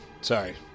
Sorry